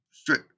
Straight